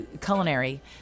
culinary